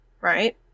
right